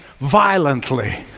violently